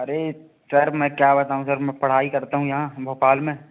अरे सर मैं क्या बताऊँ सर मैं करता हूँ यहाँ भोपाल में